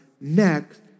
Next